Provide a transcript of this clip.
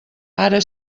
ara